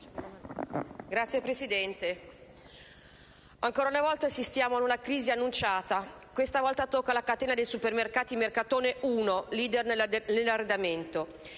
Signor Presidente, ancora una volta assistiamo ad una crisi annunciata. Questa volta tocca alla catena di supermercati Mercatone Uno, *leader* nell'arredamento.